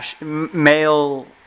male